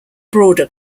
broader